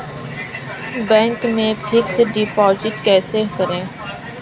Bank में fix deposit कैसे करें?